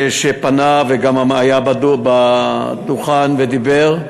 הוא פנה, וגם היה על הדוכן ודיבר.